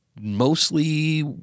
mostly